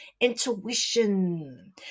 Intuition